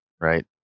right